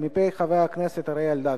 מפי חבר הכנסת אריה אלדד.